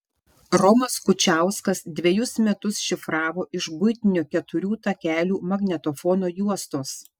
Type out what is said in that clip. romas kučiauskas dvejus metus šifravo iš buitinio keturių takelių magnetofono juostos